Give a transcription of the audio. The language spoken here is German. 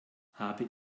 habe